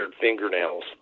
fingernails